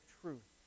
truth